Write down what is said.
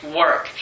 work